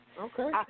Okay